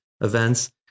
events